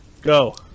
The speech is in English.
go